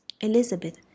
Elizabeth